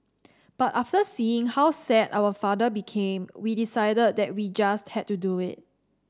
but after seeing how sad our father became we decided that we just had to do it